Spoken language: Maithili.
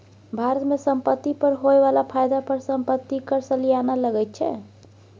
भारत मे संपत्ति पर होए बला फायदा पर संपत्ति कर सलियाना लगैत छै